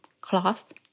cloth